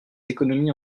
économies